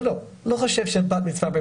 לא, לא חושב שבת מצווה.